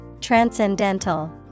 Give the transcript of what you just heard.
Transcendental